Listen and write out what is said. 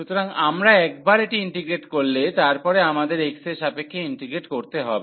সুতরাং আমরা একবার এটি ইন্টিগ্রেট করলে তারপরে আমাদের x এর সাপেক্ষে ইন্টিগ্রেট করতে হবে